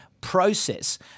process